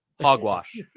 hogwash